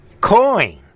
coin